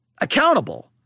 accountable